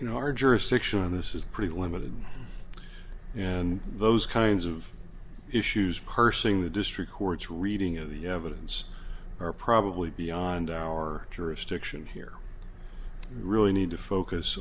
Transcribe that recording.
you know our jurisdiction on this is pretty limited and those kinds of issues cursing the district court's reading of the evidence are probably beyond our jurisdiction here really need to focus